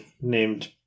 named